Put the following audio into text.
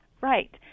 Right